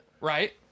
right